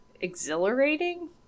exhilarating